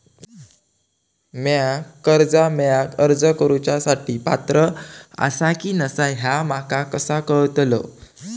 म्या कर्जा मेळाक अर्ज करुच्या साठी पात्र आसा की नसा ह्या माका कसा कळतल?